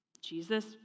jesus